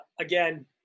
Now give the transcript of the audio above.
again